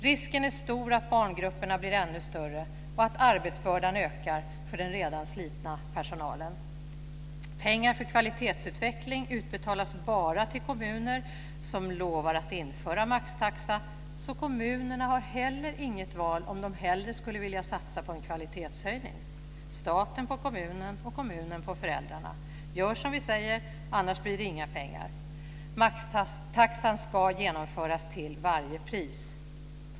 Risken är stor att barngrupperna blir ännu större och att arbetsbördan ökar för den redan slitna personalen. Pengar för kvalitetsutveckling utbetalas bara till kommuner som lovar att införa maxtaxa, så kommunerna har heller inget val om de hellre skulle vilja satsa på kvalitetshöjning. Staten på kommunen och kommunen på föräldrarna. Gör som vi säger, annars blir det inga pengar. Maxtaxan ska genomföras till varje pris.